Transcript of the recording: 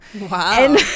Wow